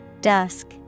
Dusk